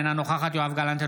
אינה נוכחת יואב גלנט,